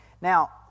Now